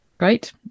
Great